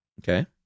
Okay